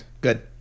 good